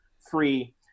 free